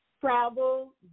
travel